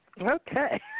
Okay